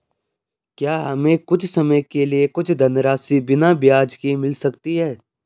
क्या हमें कुछ समय के लिए कुछ धनराशि बिना ब्याज के मिल सकती है?